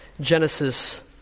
Genesis